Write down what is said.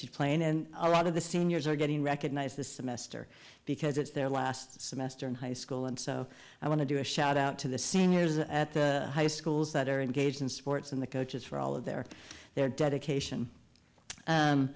she's playing and a lot of the seniors are getting recognized this semester because it's their last semester in high school and so i want to do a shout out to the same years at the high schools that are engaged in sports and the coaches for all of their their dedication